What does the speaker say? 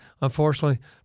Unfortunately